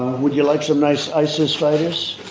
would you like some nice isis fighters?